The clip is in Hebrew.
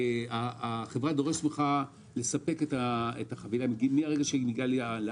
החברה דורשת ממך לספק את החבילה ללקוחות